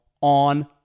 on